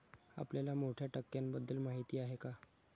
आपल्याला मोठ्या टाक्यांबद्दल माहिती आहे का?